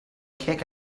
kick